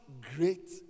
great